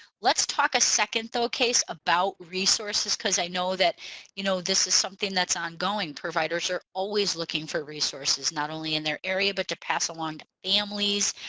let's talk a second though casey about resources because i know that you know this is something that's ongoing providers are always looking for resources not only in their area but to pass along families